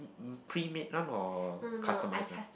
premake one or customized one